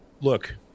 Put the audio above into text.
look